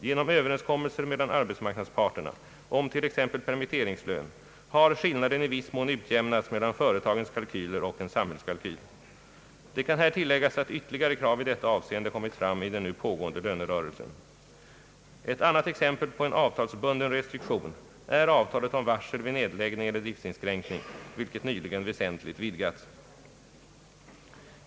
Genom överenskommelse mellan arbetsmarknadsparterna om t.ex. permitteringslön har skillnaden i viss mån utjämnats mellan företagens kalkyler och en samhällskalkyl. Det kan här tilläggas att ytterligare krav i detta avseende kommit fram i den nu pågående lönerörelsen. Ett annat exempel på en avtalsbunden restriktion är avtalet om varsel vid nedläggning eller driftsinskränkning, vilket nyligen väsentligt utvidgats.